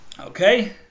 Okay